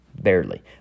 barely